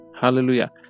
Hallelujah